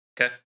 Okay